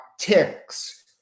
ticks